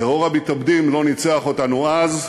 טרור המתאבדים לא ניצח אותנו אז,